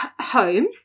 home